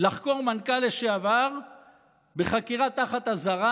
לחקור מנכ"ל לשעבר בחקירה תחת אזהרה.